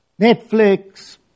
Netflix